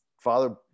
father